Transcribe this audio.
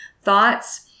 thoughts